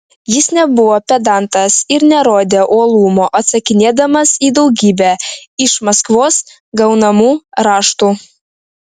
jis nebuvo pedantas ir nerodė uolumo atsakinėdamas į daugybę iš maskvos gaunamų raštų